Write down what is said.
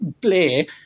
play